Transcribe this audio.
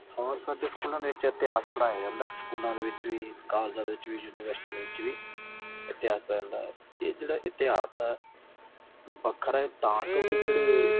ਹਾਂ ਸਾਡੇ ਸਕੂਲਾਂ ਦੇ ਵਿੱਚ ਇਤਿਹਾਸ ਪੜ੍ਹਾਇਆ ਜਾਂਦਾ ਸਕੂਲਾਂ ਦੇ ਵਿੱਚ ਵੀ ਕਾਲਜਾਂ ਦੇ ਵਿੱਚ ਵੀ ਯੂਨੀਵਰਸਿਟੀ ਦੇ ਵਿੱਚ ਵੀ ਇਤਿਹਾਸ ਪੜ੍ਹਾਇਆ ਜਾਂਦਾ ਇਹ ਜਿਹੜਾ ਇਤਿਹਾਸ ਆ ਵੱਖਰਾ ਤਾਂ ਕਿਉਂਕਿ ਜਿਹੜੇ